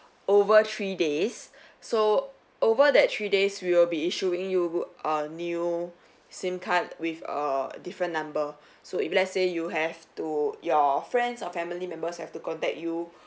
over three days so over that three days we will be issuing you a new SIM card with a different number so if let's say you have to your friends or family members have to contact you